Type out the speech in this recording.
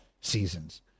seasons